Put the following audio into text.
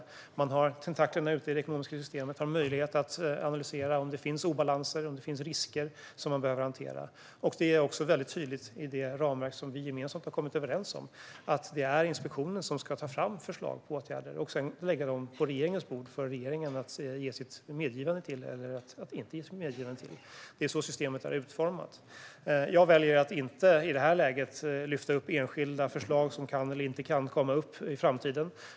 Finansinspektionen har tentaklerna ute i det ekonomiska systemet och möjlighet att analysera om det finns obalanser och risker som man behöver hantera. Det är också tydligt i det ramverk som vi gemensamt har kommit överens om att det är inspektionen som ska ta fram förslag på åtgärder och sedan lägga dem på regeringens bord för regeringen att ge sitt medgivande till eller inte. Det är så systemet är utformat. Jag väljer att inte i detta läge lyfta upp enskilda förslag som kan eller inte kan komma upp i framtiden.